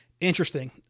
Interesting